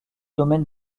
domaine